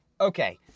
Okay